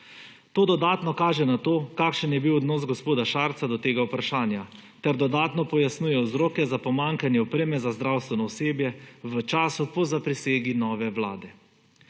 To dodatno kaže na to, kakšen je bil odnos gospoda Šarca do tega vprašanja, ter dodatno pojasnjuje vzroke za pomankanje opreme za zdravstveno osebje v času po zaprisegi nove vlade.